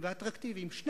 הנושא